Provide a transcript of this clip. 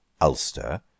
Ulster